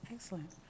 Excellent